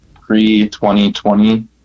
pre-2020